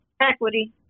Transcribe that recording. Equity